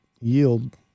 yield